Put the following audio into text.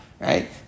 Right